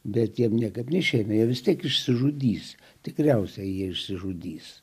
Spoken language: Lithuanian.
bet jiems neatnešė vis tiek išsižudys tikriausiai jie išsižudys